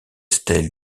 stèles